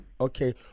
Okay